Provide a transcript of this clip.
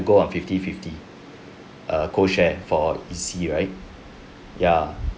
go on fifty fifty err co share for E_C right ya